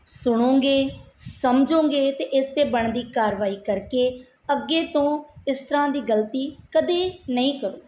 ਸੁਣੋਗੇ ਸਮਝੋਗੇ ਅਤੇ ਇਸ 'ਤੇ ਬਣਦੀ ਕਾਰਵਾਈ ਕਰਕੇ ਅੱਗੇ ਤੋਂ ਇਸ ਤਰ੍ਹਾਂ ਦੀ ਗਲਤੀ ਕਦੇ ਨਹੀਂ ਕਰੋਂਗੇ